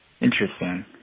Interesting